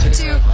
two